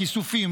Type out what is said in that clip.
כיסופים,